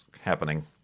happening